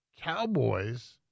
Cowboys